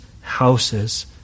houses